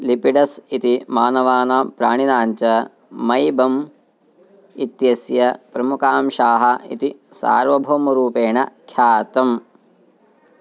lipids इति मानवानां प्राणिनां च मैबम् इत्यस्य प्रमुखांशाः इति सार्वभौमरूपेण ख्यातम्